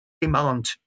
demand